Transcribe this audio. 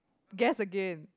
guess again